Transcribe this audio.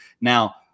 now